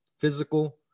Physical